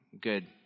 good